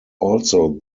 also